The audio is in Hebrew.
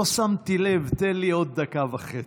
לא שמתי לב, תן לי עוד דקה וחצי.